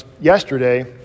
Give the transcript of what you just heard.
yesterday